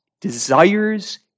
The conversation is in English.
desires